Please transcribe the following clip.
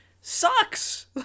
sucks